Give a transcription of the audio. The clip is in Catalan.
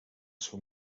seu